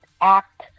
act